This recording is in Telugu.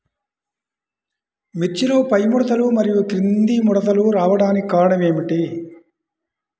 మిర్చిలో పైముడతలు మరియు క్రింది ముడతలు రావడానికి కారణం ఏమిటి?